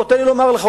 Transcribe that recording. בוא, תן לי לומר לך.